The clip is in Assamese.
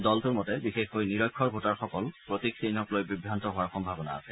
দলটোৰ মতে বিশেষকৈ নিৰক্ষৰ ভোটাৰসকল প্ৰতীক চিহ্নক লৈ বিভান্ত হোৱাৰ সম্ভাৱনা আছে